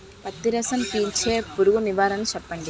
పత్తి రసం పీల్చే పురుగు నివారణ చెప్పండి?